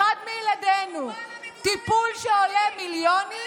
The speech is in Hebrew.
עבור אחד מילדינו טיפול שעולה מיליונים,